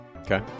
Okay